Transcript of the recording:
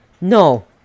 No